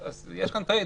יש כאן טרייד-אוף.